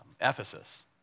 Ephesus